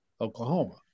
Oklahoma